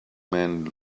man